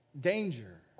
Danger